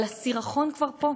אבל הסירחון כבר פה.